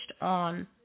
on